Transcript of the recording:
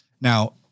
Now